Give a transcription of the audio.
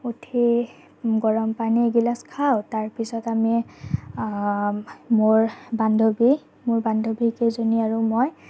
উঠি গৰমপানী এগিলাছ খাওঁ তাৰপাছত আমি মোৰ বান্ধৱী মোৰ বান্ধৱীকেইজনী আৰু মই